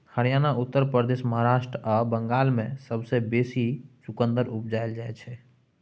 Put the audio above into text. हरियाणा, उत्तर प्रदेश, महाराष्ट्र आ बंगाल मे सबसँ बेसी चुकंदर उपजाएल जाइ छै